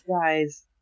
guys